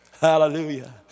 Hallelujah